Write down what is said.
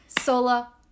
Sola